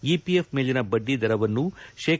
EPF ಮೇಲಿನ ಬಡ್ಡಿ ದರವನ್ನು ಶೇ